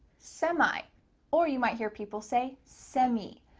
semi or you might hear people say semi.